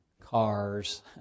cars